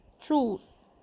truth